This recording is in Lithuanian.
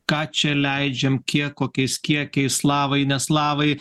ką čia leidžiam kiek kokiais kiekiais slavai ne slavai